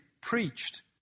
preached